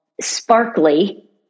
sparkly